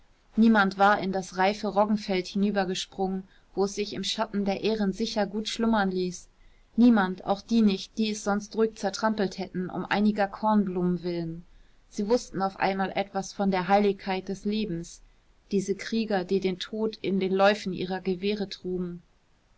niemand war in das reife roggenfeld hinübergesprungen wo es sich im schatten der ähren sicher gut schlummern ließ niemand auch die nicht die es sonst ruhig zertrampelt hätten um einiger kornblumen willen sie wußten auf einmal etwas von der heiligkeit des lebens diese krieger die den tod in den läufen ihrer gewehre trugen